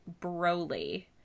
Broly